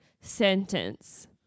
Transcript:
sentence